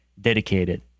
dedicated